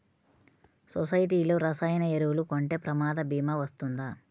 సొసైటీలో రసాయన ఎరువులు కొంటే ప్రమాద భీమా వస్తుందా?